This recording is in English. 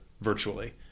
virtually